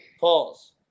Pause